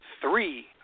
three